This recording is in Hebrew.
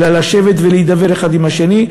אלא לשבת ולהידבר אחד עם השני,